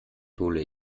hole